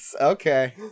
okay